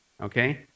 okay